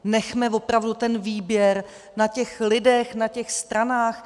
Nechme opravdu ten výběr na těch lidech, na těch stranách.